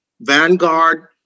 Vanguard